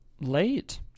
late